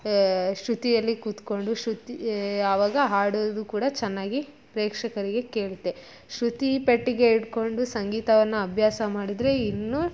ಶ್ರುತಿಯಲ್ಲಿ ಕೂತ್ಕೊಂಡು ಶ್ರುತಿ ಯಾವಾಗ ಹಾಡೋದು ಕೂಡ ಚೆನ್ನಾಗಿ ಪ್ರೇಕ್ಷಕರಿಗೆ ಕೇಳುತ್ತೆ ಶ್ರುತಿ ಪೆಟ್ಟಿಗೆ ಇಟ್ಟುಕೊಂಡು ಸಂಗೀತವನ್ನು ಅಭ್ಯಾಸ ಮಾಡಿದರೆ ಇನ್ನೂ